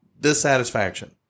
dissatisfaction